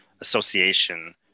association